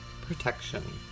protection